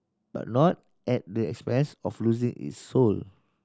but not at the expense of losing its soul